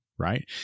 right